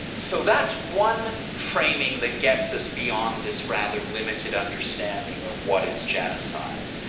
so that's one framing that gets us beyond this rather limited understanding of what is genocide.